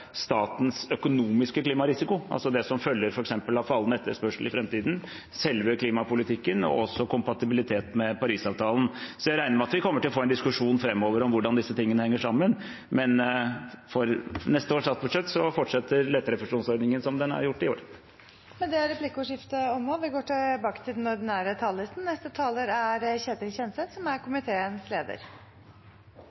statens økonomiske klimarisiko, altså det som følger av f.eks. fallende etterspørsel i framtiden, selve klimapolitikken og også kompatibilitet med Parisavtalen. Jeg regner med at vi kommer til å få en diskusjon framover om hvordan disse tingene henger sammen, men for neste års statsbudsjett fortsetter leterefusjonsordningen som den har gjort i år. Replikkordskiftet er dermed omme. Ny teknologi gir enorme muligheter. Nye måter å organisere på gjennom å dele mer på ressursene, bruke flere ganger og